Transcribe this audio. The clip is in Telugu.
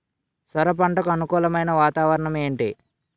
సొర పంటకు అనుకూలమైన వాతావరణం ఏంటి?